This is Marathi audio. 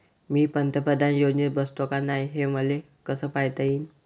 मी पंतप्रधान योजनेत बसतो का नाय, हे मले कस पायता येईन?